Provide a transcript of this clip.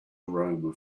aroma